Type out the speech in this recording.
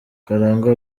karangwa